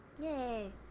Yay